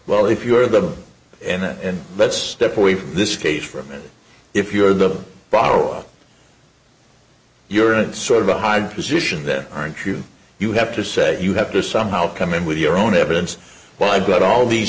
well if you are them and that and let's step away from this case for a moment if you're the bottle you're in sort of a high position there aren't you you have to say you have to somehow come in with your own evidence well i've got all these